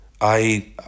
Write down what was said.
I